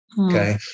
Okay